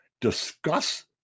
discuss